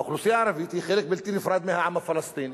האוכלוסייה הערבית היא חלק בלתי נפרד מהעם הפלסטיני,